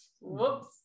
Whoops